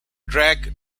drag